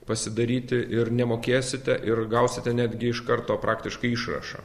pasidaryti ir nemokėsite ir gausite netgi iš karto praktiškai išrašą